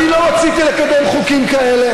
אני לא רציתי לקדם חוקים כאלה.